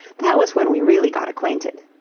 that was when we really got acquainted.